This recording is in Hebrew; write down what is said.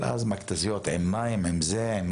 אבל אז אלה היו מכתזיות עם מים בצבעים,